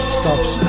stops